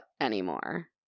anymore